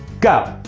go!